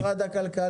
היא ממשרד הכלכלה.